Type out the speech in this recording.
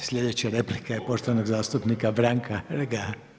Slijedeća replika je poštovanog zastupnika Branka Hrga.